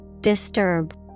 Disturb